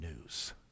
news